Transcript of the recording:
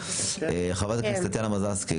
חברת הכנסת טטיאנה מזרסקי,